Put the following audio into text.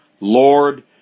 Lord